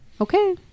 Okay